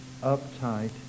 uptight